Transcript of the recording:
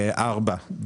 ב-ב(4).